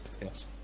Yes